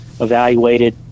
evaluated